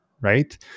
right